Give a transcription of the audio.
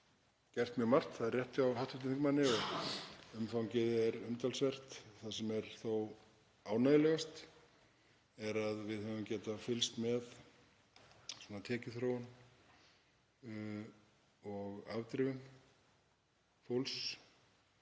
gert mjög margt, það er rétt hjá hv. þingmanni, og umfangið er umtalsvert. Það sem er þó ánægjulegast er að við höfum getað fylgst með tekjuþróun og afdrifum fólks